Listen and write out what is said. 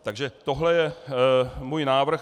Takže tohle je můj návrh.